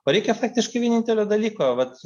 o reikia faktiškai vienintelio dalyko vat